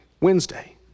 Wednesday